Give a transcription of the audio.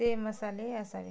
ते मसाले असावे